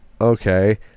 okay